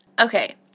Okay